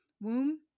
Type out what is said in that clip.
womb